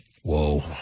Whoa